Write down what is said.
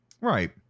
right